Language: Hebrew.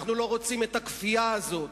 אנחנו לא רוצים את הכפייה הזו,